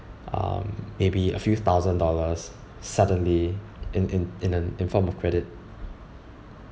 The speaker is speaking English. um maybe a few thousand dollars suddenly in in in an in form of credit